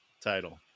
title